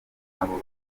nabo